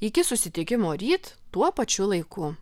iki susitikimo ryt tuo pačiu laiku